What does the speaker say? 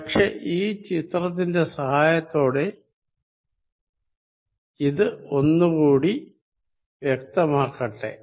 പക്ഷെ ഞാൻ ഈ ചിത്രത്തിന്റെ സഹായത്താൽ ഇത് ഒന്നുകൂടി വ്യക്തമാക്കട്ടെ